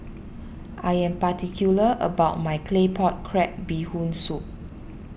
I am particular about my Claypot Crab Bee Hoon Soup